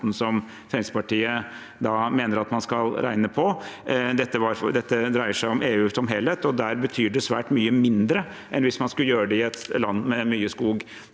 som Fremskrittspartiet mener man skal regne på. Dette dreier seg om EU som helhet, og der betyr det svært mye mindre enn hvis man skulle gjøre det i et land med mye skog.